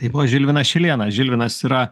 tai buvo žilvinas šilėnas žilvinas yra